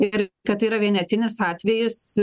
ir kad tai yra vienetinis atvejis